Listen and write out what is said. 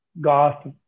goth